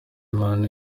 imana